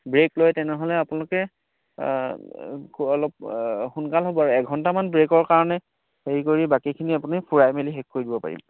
brake লয় তেনেহ'লে আপোনালোকে অলপ সোনকাল হ'ব আৰু এঘণ্টামান ব্ৰেকৰ কাৰণে হেৰি কৰি বাকীখিনি আপুনি ফুৰাই মেলি শেষ কৰিব দিব পাৰিম